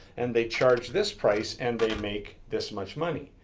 and they charge this price and they make this much money.